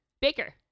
Baker